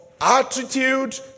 attitude